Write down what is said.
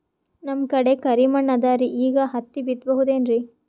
ನಮ್ ಕಡೆ ಕರಿ ಮಣ್ಣು ಅದರಿ, ಈಗ ಹತ್ತಿ ಬಿತ್ತಬಹುದು ಏನ್ರೀ?